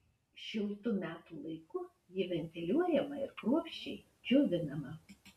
šiltu metų laiku ji ventiliuojama ir kruopščiai džiovinama